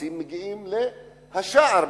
המטוסים מגיעים לשער.